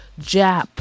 Jap